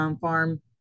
farm